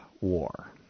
war